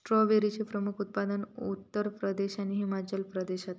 स्ट्रॉबेरीचे प्रमुख उत्पादक उत्तर प्रदेश आणि हिमाचल प्रदेश हत